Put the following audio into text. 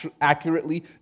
accurately